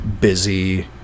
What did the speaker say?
busy